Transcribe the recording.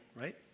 right